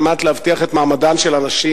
על מנת להבטיח את מעמדן של הנשים,